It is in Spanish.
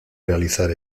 realizar